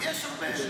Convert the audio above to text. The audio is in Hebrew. יש הרבה.